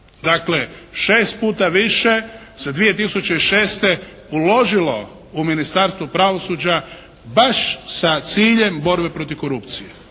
Dakle šest puta više se 2006. uložilo u Ministarstvo pravosuđa baš sa ciljem borbe protiv korupcije.